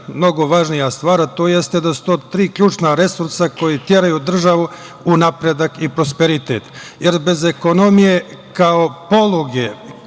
mnogo važnija stvar, a to je da su to tri ključna resursa koji teraju državu u napredak i prosperitet, jer bez ekonomije kao poluge